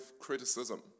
criticism